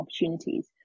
opportunities